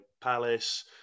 Palace